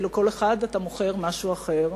כי לכל אחד אתה מוכר משהו אחר.